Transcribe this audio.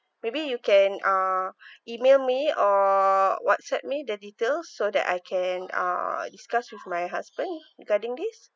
maybe you can uh email me or WhatsApp me the details so that I can uh discuss with my husband regarding this